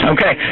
Okay